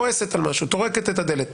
היא כועסת על משהו, טורקת את הדלת.